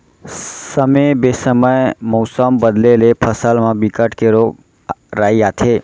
समे बेसमय मउसम बदले ले फसल म बिकट के रोग राई आथे